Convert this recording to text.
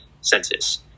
census